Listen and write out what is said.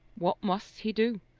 what must he do?